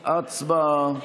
הצבעה.